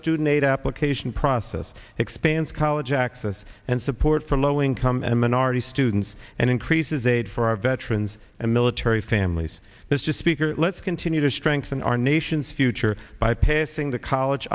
student aid application process expands college access and support for low income and minority students and increases aid for our veterans and military families is just speaker let's continue to strengthen our nation's future by passing the college